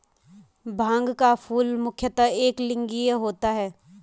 भांग का फूल मुख्यतः एकलिंगीय होता है